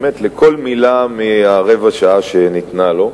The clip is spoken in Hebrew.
באמת, לכל מלה מרבע השעה שניתנה לו.